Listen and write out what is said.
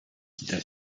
quitta